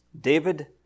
David